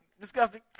Disgusting